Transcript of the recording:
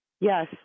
Yes